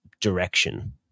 direction